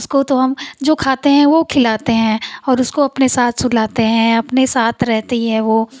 उसको तो हम जो खाते हैं वो खिलाते हैं और उसको अपने साथ सुलाते हैं अपने साथ रहती है वो